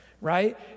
Right